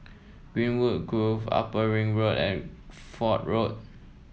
Greenwood Grove Upper Ring Road and Fort Road